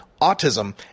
autism